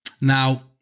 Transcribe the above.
Now